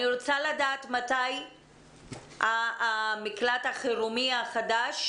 אני רוצה לדעת מתי מקלט החירום החדש